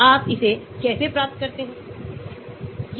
तो आपके पास यहाँ अकेला जोड़े हैंतो यह 037 है